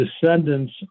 descendants